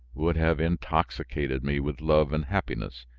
would have intoxicated me with love and happiness,